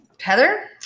Heather